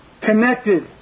connected